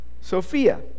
Sophia